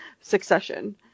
succession